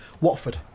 Watford